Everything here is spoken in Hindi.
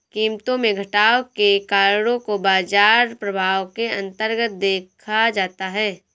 कीमतों में घटाव के कारणों को बाजार प्रभाव के अन्तर्गत देखा जाता है